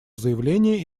заявление